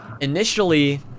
initially